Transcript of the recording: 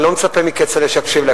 אני לא מצפה מכצל'ה שיקשיב לי,